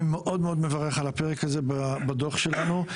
אני מאוד מאוד מברך על הפרק הזה בדוח שלנו.